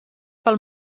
pel